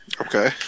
Okay